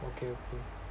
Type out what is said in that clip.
okay okay